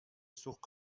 سوخت